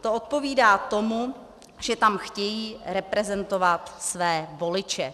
To odpovídá tomu, že tam chtějí reprezentovat své voliče.